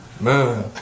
man